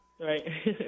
Right